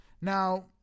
Now